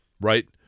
right